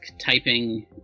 typing